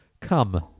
come